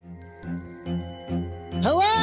Hello